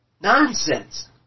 Nonsense